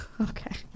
Okay